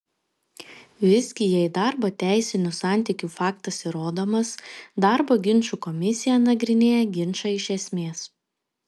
visgi jei darbo teisinių santykių faktas įrodomas darbo ginčų komisija nagrinėja ginčą iš esmės